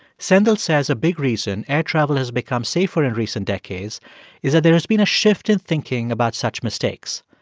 sendhil says a big reason air travel has become safer in recent decades is that there has been a shift in thinking about such mistakes.